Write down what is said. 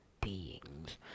beings